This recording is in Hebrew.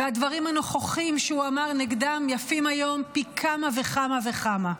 והדברים הנכוחים שהוא אמר נגדם יפים היום פי כמה וכמה וכמה.